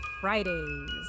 Fridays